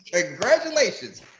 Congratulations